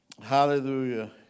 Hallelujah